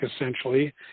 essentially